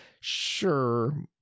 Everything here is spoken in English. sure